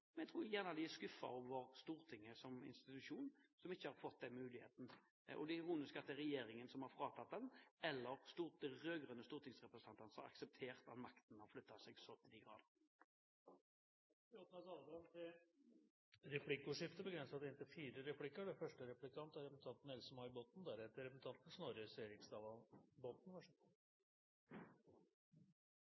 men jeg tror de er skuffet over Stortinget som institusjon, som ikke har fått den muligheten. Det er ironisk at det er regjeringen som har fratatt dem den, eller det er de rød-grønne stortingsrepresentantene som har akseptert at makten har flyttet seg så til de grader. Det blir replikkordskifte. Det høres ut som vi skal inn i himmelen med Høyre – men jeg har et spørsmål til representanten. Er det slik at representanten